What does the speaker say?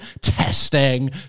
testing